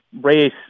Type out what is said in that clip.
race